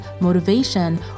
motivation